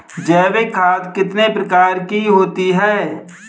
जैविक खाद कितने प्रकार की होती हैं?